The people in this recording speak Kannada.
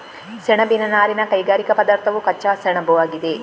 ಸೆಣಬಿನ ನಾರಿನ ಕೈಗಾರಿಕಾ ಪದಾರ್ಥವು ಕಚ್ಚಾ ಸೆಣಬುಆಗಿದೆ